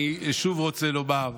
אני שוב רוצה לומר,